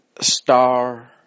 star